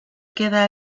queda